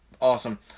awesome